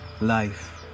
life